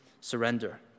surrender